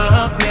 up